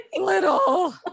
little